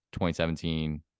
2017